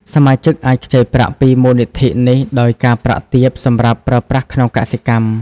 សមាជិកអាចខ្ចីប្រាក់ពីមូលនិធិនេះដោយការប្រាក់ទាបសម្រាប់ប្រើប្រាស់ក្នុងកសិកម្ម។